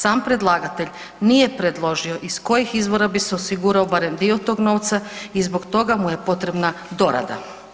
Sam predlagatelj nije predložio iz kojih izvora bi se osigurao barem dio tog novca i zbog toga mu je potrebna dorada.